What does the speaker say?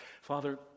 Father